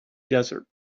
desert